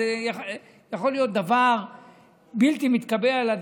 שזה יכול להיות דבר בלתי מתקבל על הדעת,